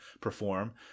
perform